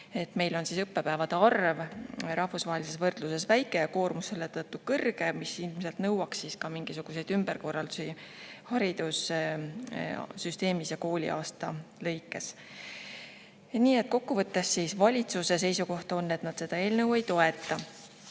Meil on õppepäevade arv rahvusvahelises võrdluses väike ja koormus selle tõttu kõrge. See ilmselt nõuaks mingisuguseid ümberkorraldusi haridussüsteemis ja kooliaasta lõikes. Nii et kokkuvõttes valitsuse seisukoht on, et nad seda eelnõu ei toeta.